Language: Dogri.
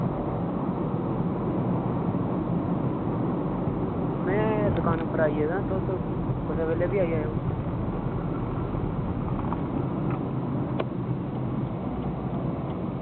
में दुकान उप्पर आई गेदा तुस कुसै बेल्लै बी आई जायो